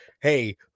hey